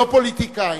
לא פוליטיקאים,